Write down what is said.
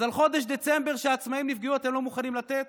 אז על חודש דצמבר שבו העצמאים נפגעו אתם לא מוכנים לתת?